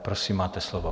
Prosím, máte slovo.